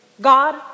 God